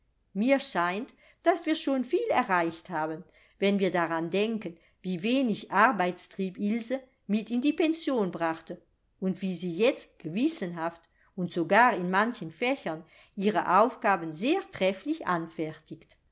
mir scheint daß wir schon viel erreicht haben wenn wir daran denken wie wenig arbeitstrieb ilse mit in die pension brachte und wie sie jetzt gewissenhaft und sogar in manchen fächern ihre aufgaben sehr trefflich anfertigt